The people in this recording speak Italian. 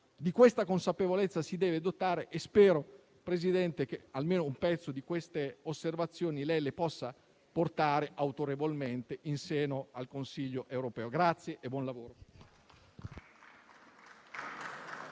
di questa consapevolezza si deve dotare e spero, signor Presidente, che almeno a parte di queste osservazioni lei le possa portare autorevolmente in seno al Consiglio europeo. La ringrazio